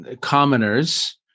commoners